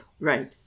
Right